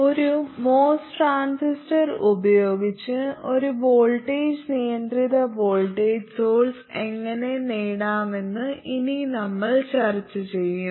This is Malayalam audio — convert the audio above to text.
ഒരു MOS ട്രാൻസിസ്റ്റർ ഉപയോഗിച്ച് ഒരു വോൾട്ടേജ് നിയന്ത്രിത വോൾട്ടേജ് സോഴ്സ് എങ്ങനെ നേടാമെന്ന് ഇനി നമ്മൾ ചർച്ച ചെയ്യും